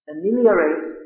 ameliorate